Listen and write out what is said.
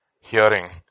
hearing